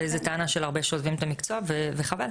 וזו טענה של הרבה שעוזבים את המקצוע, וחבל.